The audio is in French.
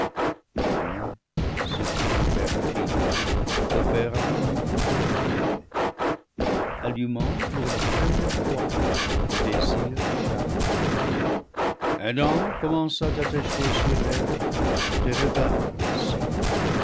mais ce fruit perfide opéra un tout autre effet en allumant pour la première fois le désir charnel adam commença d'attacher sur eve des regards lascifs